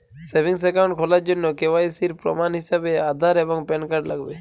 savings account খোলার জন্য KYC এর প্রমাণ হিসেবে আধার এবং প্যান কার্ড লাগবে